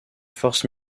forces